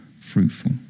fruitful